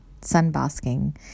sunbasking